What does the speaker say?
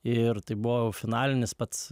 ir tai buvo jau finalinis pats